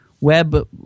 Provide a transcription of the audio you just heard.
web